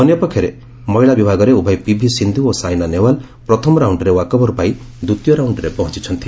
ଅନ୍ୟ ପକ୍ଷରେ ମହିଳା ବିଭାଗରେ ଉଭୟ ପିଭି ସିନ୍ଧୁ ଓ ସାଇନା ନେହେଓ୍ବାଲ୍ ପ୍ରଥମ ରାଉଣ୍ଡରେ ୱାକୋଭର୍ ପାଇ ଦ୍ୱିତୀୟ ରାଉଣରେ ପହଞ୍ଚିଛନ୍ତି